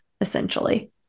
essentially